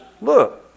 look